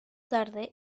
tarde